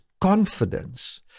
confidence